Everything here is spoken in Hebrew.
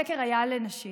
הסקר היה על נשים